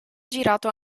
girato